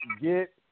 Get